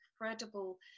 incredible